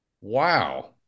Wow